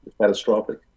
catastrophic